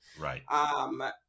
Right